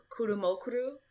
Kurumokuru